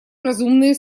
разумные